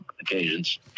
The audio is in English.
occasions